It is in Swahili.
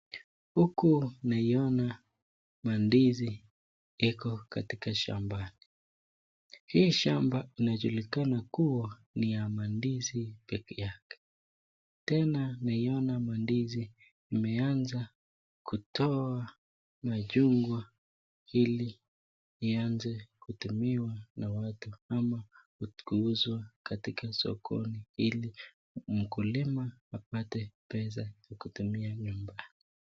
Huku naiona mandizi yako katika shambani .Hii shamba inajulikana kuwa ni ya mandizi peke yake. Tena naiona mandizi imeanza kutoa machungwa ili ianze kutumiwa na watu ama kuuzwa katika sokoni ili mkulima apate pesa ya kutumia nyumbani.